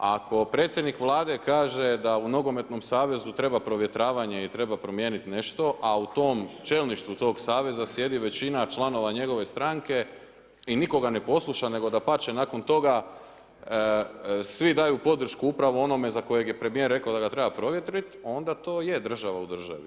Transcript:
Ako predsjednik Vlade kaže da u Nogometnom savezu treba provjetravanje i treba promijeniti nešto, a u tom čelništvu tog saveza sjedi većina članova njegove stranke i nitko ga ne posluša, nego dapače, nakon toga svi daju podršku upravo onome za kojeg je premijer rekao da ga treba provjetrit onda to je država u državi.